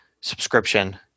subscription